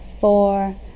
Four